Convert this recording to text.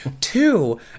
Two